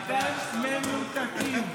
אתם מנותקים.